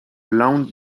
loud